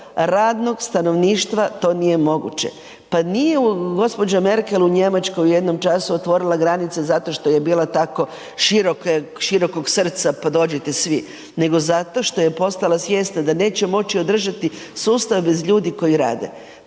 radnog stanovništva to nije moguće. Pa nije gospođa Merkel u Njemačkoj u jednom času otvorila granice zato što je bila tako širokog srca pa dođite svi, nego zato što je postala svjesna da neće moći održati sustav bez ljudi koji rade.